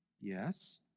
Yes